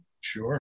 Sure